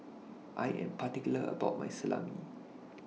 I Am particular about My Salami